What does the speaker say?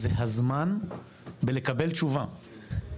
זה הזמן בלקבל תשובה,